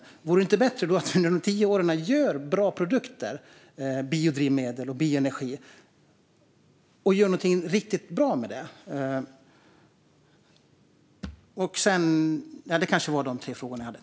Vore det då inte bättre att vi under de tio åren gör riktigt bra produkter som biodrivmedel och bioenergi?